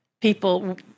people